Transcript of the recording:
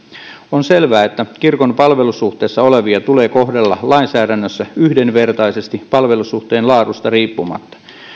on selvää että kirkon palvelussuhteessa olevia tulee kohdella lainsäädännössä yhdenvertaisesti palvelussuhteen laadusta riippumatta